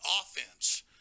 offense